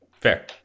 Fair